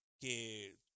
que